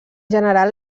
general